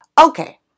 Okay